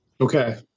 Okay